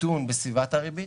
הקיטון בסביבת הריבית,